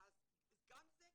גם זה קיים.